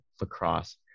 lacrosse